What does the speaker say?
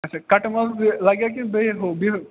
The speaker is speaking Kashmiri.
آچھا کَٹہٕ ماز یہِ لَگیٛاہ کِنہٕ بیٚیہِ ہُو بیٚیہِ